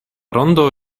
rondo